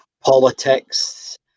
politics